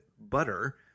Butter